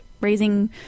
raising